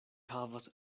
havas